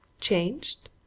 Changed